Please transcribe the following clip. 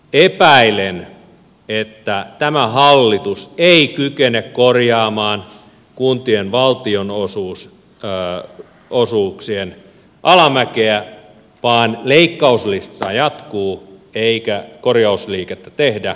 epäilen että tämä hallitus ei kykene korjaamaan kuntien valtionosuuksien alamäkeä vaan leikkauslista jatkuu eikä korjausliikettä tehdä